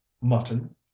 Mutton